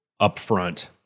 upfront